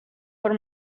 por